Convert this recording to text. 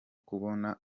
kubona